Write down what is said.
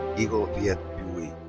eagle viet bui.